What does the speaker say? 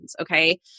Okay